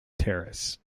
terrace